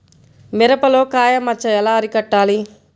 మిరపలో కాయ మచ్చ ఎలా అరికట్టాలి?